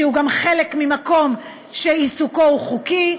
במקום שהוא גם חלק ממקום שעיסוקו הוא חוקי,